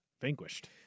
vanquished